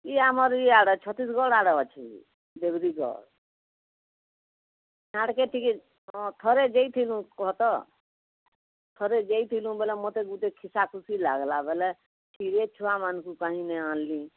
ଇ ଆମର ଇଆଡ଼େ ଛତିଶଗଡ଼ ଆଡ଼େ ଅଛେ ଡେବିରଗଡ଼ ସିଆଡ଼େ କେ ଟିକେ ହଁ ଥରେ ଯାଇଥିଲୁ କହ ତ ଥରେ ଯାଇଥିଲୁ ବେଲେ ମୋତେ ଗୁଟେ ଖିସା ଖୁସି ଲାଗଲା ବେଲେ ଛି ରେ ଛୁଆମାନଙ୍କୁ କାଇଁ ଲାଗି ଆନଲି